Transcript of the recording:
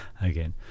Again